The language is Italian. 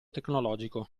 tecnologico